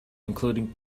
including